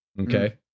Okay